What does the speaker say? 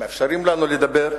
שמאפשרים לנו לדבר.